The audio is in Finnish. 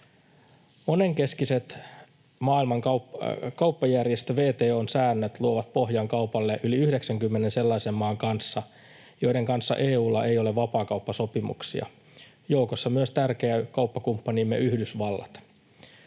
Monenkeskiset Maailman kauppajärjestö WTO:n säännöt luovat pohjan kaupalle yli 90 sellaisen maan kanssa, joiden kanssa EU:lla ei ole vapaakauppasopimuksia, joukossa myös tärkeä kauppakumppanimme Yhdysvallat.